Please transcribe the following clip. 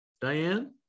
Diane